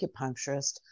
acupuncturist